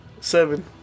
Seven